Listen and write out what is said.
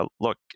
look